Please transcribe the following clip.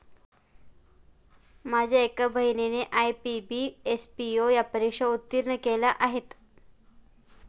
माझ्या एका बहिणीने आय.बी.पी, एस.पी.ओ या परीक्षा उत्तीर्ण केल्या आहेत